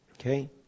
Okay